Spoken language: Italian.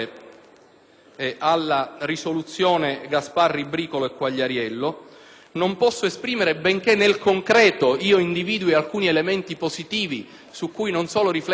dal altri senatori. Benché nel concreto io individui alcuni elementi positivi su cui non solo riflettere ma agire in una condizione, senatore Maritati, di costruzione